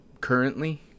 Currently